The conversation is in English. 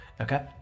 Okay